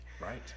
right